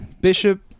Bishop